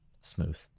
Smooth